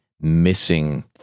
missing